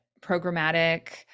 programmatic